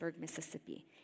Mississippi